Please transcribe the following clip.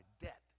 debt